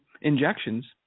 injections